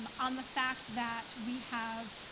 and on the fact that we have